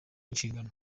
inshingano